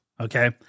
Okay